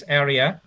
area